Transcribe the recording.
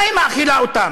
מה היא מאכילה אותם?